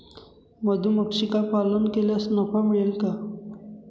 मधुमक्षिका पालन केल्यास नफा मिळेल का?